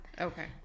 Okay